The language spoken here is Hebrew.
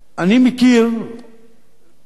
אני מכיר לפחות